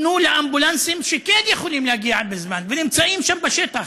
תנו לאמבולנסים שכן יכולים להגיע בזמן ונמצאים שם בשטח,